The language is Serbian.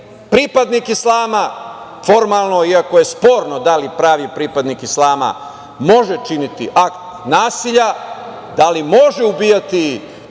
pripadnik islama, formalno, iako je sporno da li pravi pripadnik islama može činiti akt nasilja, da li može ubijati